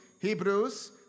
Hebrews